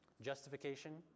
justification